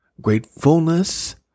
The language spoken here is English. gratefulness